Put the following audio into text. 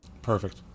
Perfect